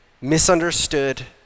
misunderstood